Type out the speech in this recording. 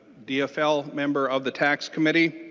dfl member of the tax committee.